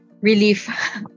relief